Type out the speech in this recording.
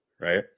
right